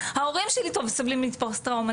ההורים שלי סובלים מפוסט טראומה,